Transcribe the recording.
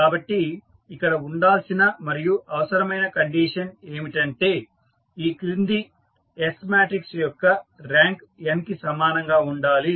కాబట్టి ఇక్కడ ఉండాల్సిన మరియు అవసరమైన కండిషన్ ఏమిటంటే ఈ క్రింది S మాట్రిక్స్ యొక్క ర్యాంక్ n కి సమానంగా ఉండాలి